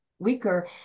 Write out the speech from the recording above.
weaker